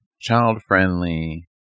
child-friendly